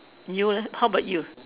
you leh how about you